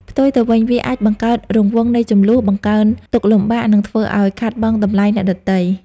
ផ្ទុយទៅវិញ វាអាច បង្កើតរង្វង់នៃជម្លោះ បង្កើនទុក្ខលំបាក និងធ្វើឲ្យខាតបង់តម្លៃអ្នកដទៃ។